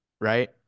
right